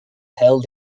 held